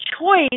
choice